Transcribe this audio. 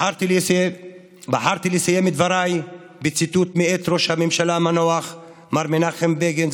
בחרתי לסיים את דבריי בציטוט מאת ראש הממשלה המנוח מר מנחם בגין,